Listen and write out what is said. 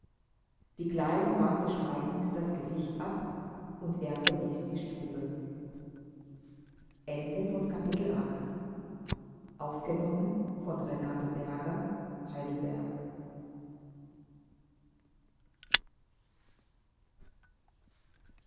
die kleine wandte schweigend das gesicht ab und er verließ die stube